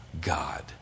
God